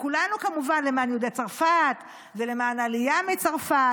כולנו כמובן למען יהודי צרפת ולמען העלייה מצרפת,